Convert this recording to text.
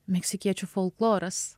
meksikiečių folkloras